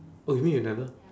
oh you mean you never